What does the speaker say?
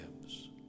lives